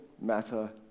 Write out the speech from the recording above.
matter